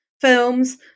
films